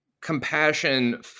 compassion